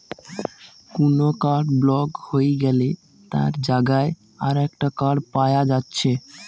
কুনো card block হই গ্যালে তার জাগায় আরেকটা কার্ড পায়া যাচ্ছে